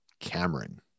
Cameron